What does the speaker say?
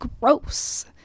gross